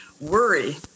worry